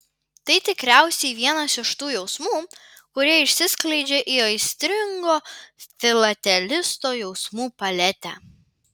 tai tikriausiai vienas iš tų jausmų kurie išsiskleidžia į aistringo filatelisto jausmų paletę